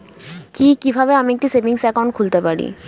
কি কিভাবে আমি একটি সেভিংস একাউন্ট খুলতে পারি?